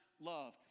love